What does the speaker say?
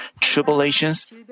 tribulations